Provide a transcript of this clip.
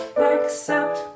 accept